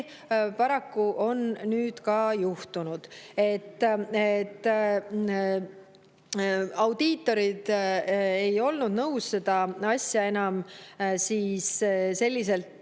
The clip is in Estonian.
paraku ongi nüüd juhtunud. Audiitorid ei olnud nõus seda asja enam selliselt